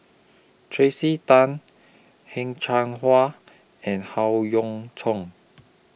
Tracey Tan Heng Cheng Hwa and Howe Yoon Chong